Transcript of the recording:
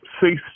ceased